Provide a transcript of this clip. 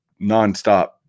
nonstop